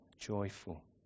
joyful